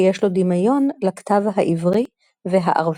שיש לו דמיון לכתב העברי והערבי.